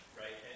right